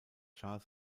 schah